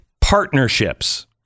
partnerships